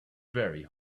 very